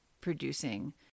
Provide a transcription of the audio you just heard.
producing